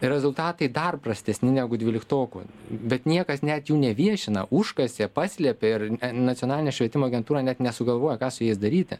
rezultatai dar prastesni negu dvyliktokų bet niekas net jų neviešina užkasė paslėpė ir nacionalinė švietimo agentūra net nesugalvoja ką su jais daryti